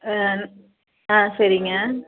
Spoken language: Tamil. ஆ ஆ சரிங்க